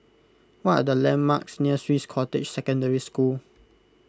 what are the landmarks near Swiss Cottage Secondary School